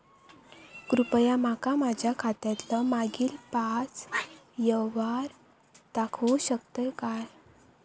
कृपया माका माझ्या खात्यातलो मागील पाच यव्हहार दाखवु शकतय काय?